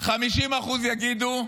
50% יגידו,